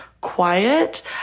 quiet